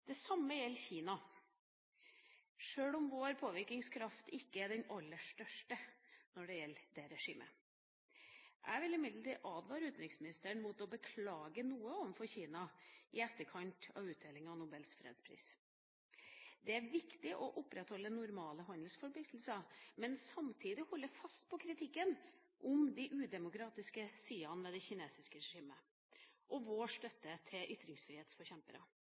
Det samme gjelder Kina, sjøl om vår påvirkningskraft ikke er den aller største når det gjelder det regimet. Jeg vil imidlertid advare utenriksministeren mot å beklage noe overfor Kina i etterkant av tildelingen av Nobels fredspris. Det er viktig å opprettholde normale handelsforbindelser, men samtidig holde fast på kritikken når det gjelder de udemokratiske sidene ved det kinesiske regimet, og vår støtte til